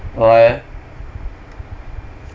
why eh